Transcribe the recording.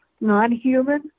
non-human